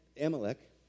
Amalek